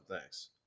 Thanks